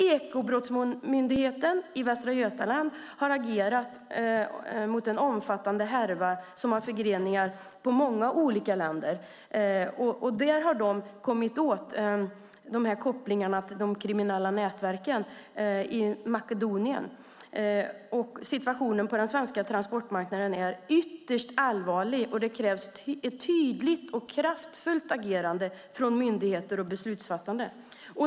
Ekobrottsmyndigheten har agerat i Västra Götaland mot en omfattande härva som har förgreningar i många olika länder. Myndigheten har kommit åt kopplingar till de kriminella nätverken i Makedonien. Situationen på den svenska transportmarknaden är ytterst allvarlig. Det krävs ett tydligt och kraftfullt agerande från myndigheter och beslutsfattare.